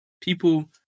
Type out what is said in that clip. People